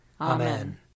Amen